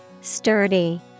Sturdy